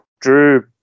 Drew